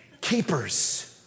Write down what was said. Keepers